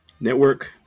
Network